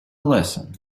lesson